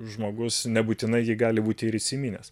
žmogus nebūtinai jį gali būti ir įsiminęs